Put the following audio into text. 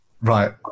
Right